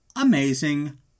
amazing